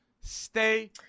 Stay